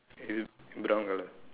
brown colour